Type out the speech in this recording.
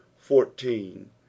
fourteen